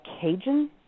Cajun